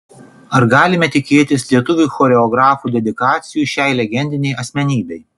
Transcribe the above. ar galime tikėtis lietuvių choreografų dedikacijų šiai legendinei asmenybei